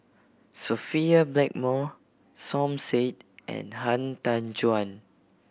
Sophia Blackmore Som Said and Han Tan Juan